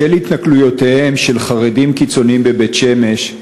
בשל התנכלויותיהם של חרדים קיצונים בבית-שמש